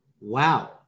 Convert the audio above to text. wow